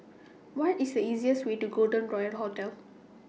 What IS The easiest Way to Golden Royal Hotel